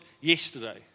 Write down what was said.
yesterday